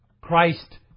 Christ